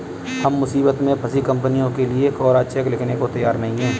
हम मुसीबत में फंसी कंपनियों के लिए कोरा चेक लिखने को तैयार नहीं हैं